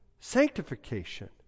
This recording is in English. sanctification